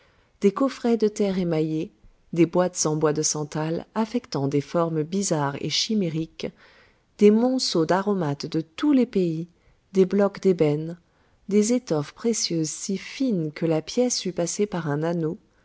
des coffrets de terre émaillée des boîtes en bois de sandal affectant des formes bizarres et chimériques des monceaux d'aromates de tous les pays des blocs d'ébène des étoffes précieuses si fines que la pièce eût passé par un anneau